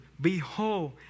Behold